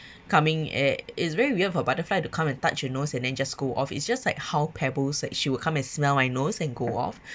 coming uh it's very weird for butterfly to come and touch your nose and then just go off it's just like how pebbles like she would come and smell my nose and go off